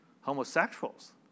homosexuals